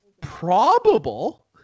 probable